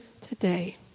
today